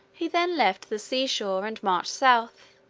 he then left the sea-shore and marched south,